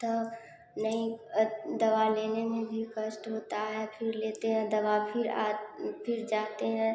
तो नहीं दवा लेने में भी कष्ट होता है फिर लेते हैं दवा फिर आ फिर जाते हैं